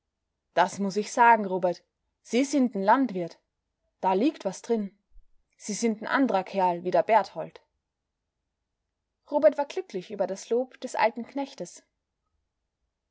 das muß ich sagen robert sie sind n landwirt da liegt was drin sie sind n andrer kerl wie der berthold robert war glücklich über das lob des alten knechtes